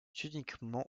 uniquement